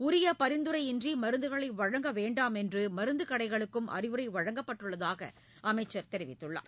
உரிய பரிந்துரையின்றி மருந்துகளை வழங்க வேண்டாமென்று மருந்து கடைகளுக்கும் அறிவுரை வழங்கப்பட்டுள்ளதாக அமைச்சர் தெரிவித்துள்ளார்